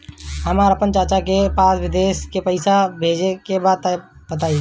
हमरा आपन चाचा के पास विदेश में पइसा भेजे के बा बताई